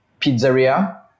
pizzeria